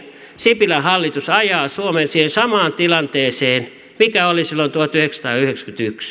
sipilän hallitus ajaa suomen siihen samaan tilanteeseen mikä oli silloin tuhatyhdeksänsataayhdeksänkymmentäyksi